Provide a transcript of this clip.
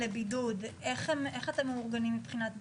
איך אתם מאורגנים מבחינת הבידוד?